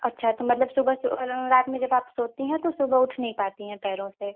अच्छा तो मतलब सुबह रात में जब आप सोती हैं तो सुबह उठ नहीं पाती हैं पैरों से